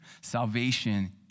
Salvation